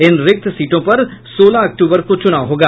इन रिक्त सीटों पर सोलह अक्टूबर को चूनाव होगा